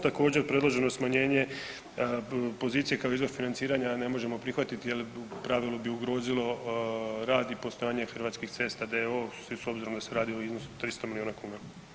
Također predloženo smanjenje pozicije kao izvor financiranja ne možemo prihvatiti jel u pravilu bi ugrozilo rad i postojanje Hrvatskih cesta d.o.o. s obzirom da se radi o iznosu 300 milijuna kuna.